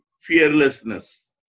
fearlessness